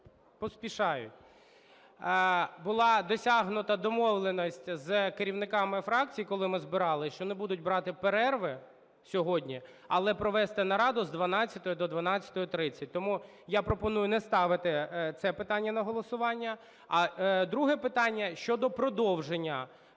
Була досягнута домовленість з керівниками фракцій, коли ми збиралися, що не будуть перерви сьогодні, але провести нараду з 12-ї до 12:30. Тому я пропоную не ставити це питання на голосування. А друге питання: щодо продовження